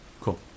Cool